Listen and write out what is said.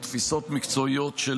או תפיסות מקצועיות של